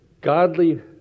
Godly